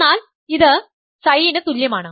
എന്നാൽ ഇത് Ψ ന് തുല്യമാണ്